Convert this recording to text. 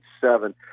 seven